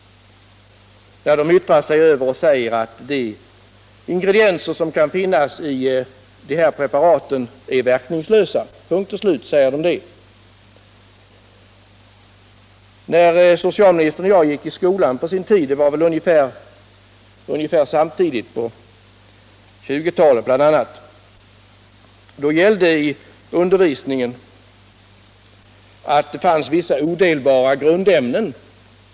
De säger att de ingredienser som kan finnas i THX-preparaten är verkningslösa — punkt och slut. När socialministern och jag på sin tid gick i skolan — det var väl ungefär samtidigt på 1920-talet bl.a. — undervisade man om att det fanns vissa odelbara grundämnen.